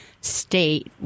state